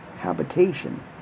habitation